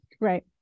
Right